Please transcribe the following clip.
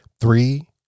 three